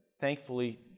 thankfully